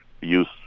use